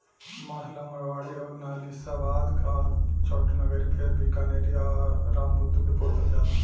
मांस ला मारवाड़ी अउर नालीशबाबाद आ छोटानगरी फेर बीकानेरी आ रामबुतु के पोसल जाला